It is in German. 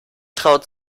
traut